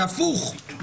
זה הפוך.